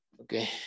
Okay